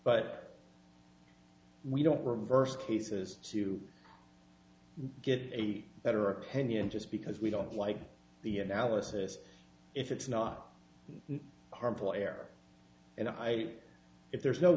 but we don't reverse cases to get a better opinion just because we don't like the analysis if it's not harmful air and i if there's no